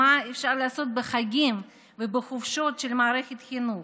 מה אפשר לעשות בחגים ובחופשות של מערכת חינוך?